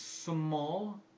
Small